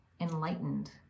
enlightened